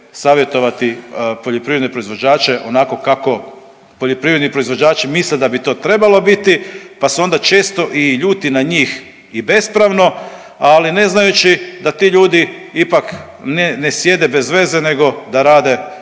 savjetovati poljoprivredne proizvođače onako kako poljoprivredni proizvođači misle da bi to trebali biti pa se onda često i ljuti na njih i bespravno, ali ne znajući da ti ljudi ipak ne sjede bezveze nego da rade svoj